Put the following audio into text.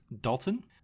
Dalton